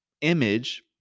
image